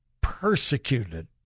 persecuted